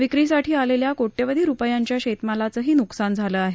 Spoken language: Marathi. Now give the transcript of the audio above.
विक्रीसाठी आलेल्या कोटयावधी रुपयांच्या शेतमालाचंही न्कसान झालं आहे